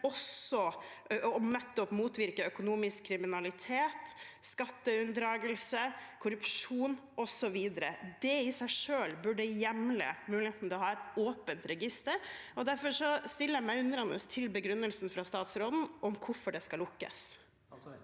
EU-dommen, bl.a. i å motvirke økonomisk kriminalitet, skatteunndragelse, korrupsjon, osv. Det i seg selv burde hjemle muligheten til å ha et åpent register. Derfor stiller jeg meg undrende til begrunnelsen fra statsråden for hvorfor det skal lukkes.